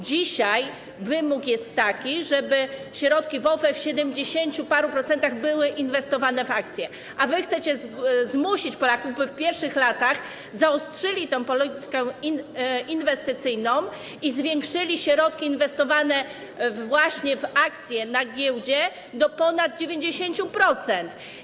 Dzisiaj wymóg jest taki, żeby środki w OFE w siedemdziesięciu paru procentach były inwestowane w akcje, a wy chcecie zmusić Polaków, by w pierwszych latach zaostrzyli tę politykę inwestycyjną i zwiększyli środki inwestowane w akcje na giełdzie do ponad 90%.